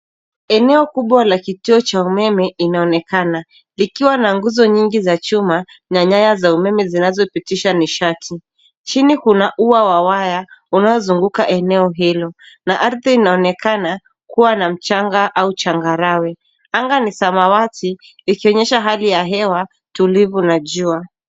Eneo kubwa la kituo cha umeme inaonekana ikiwa na nguzo nyingi ya chuma na nyaya za umeme zinazopitisha nishati. Chini kuna ua wa waya unaozunguka eneo hilo na ardhi inaonekana kuwa na mchanga au changarawe. Anga ni samawati, ikionyesha hali ya hewa tulivu na jua.